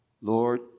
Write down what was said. Lord